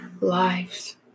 lives